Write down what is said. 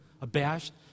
abashed